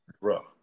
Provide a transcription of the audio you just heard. Rough